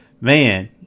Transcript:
man